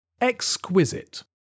Exquisite